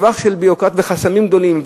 סבך של ביורוקרטיה וחסמים גדולים,